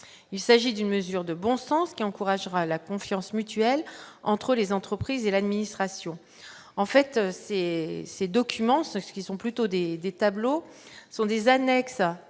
il s'agit d'une mesure de bon sens qui encouragera la confiance mutuelle entre les entreprises et l'administration en fait ces ces documents ce ceux qui sont plutôt des des tableaux sont des annexes